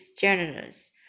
generous